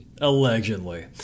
Allegedly